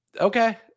Okay